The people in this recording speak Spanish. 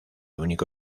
único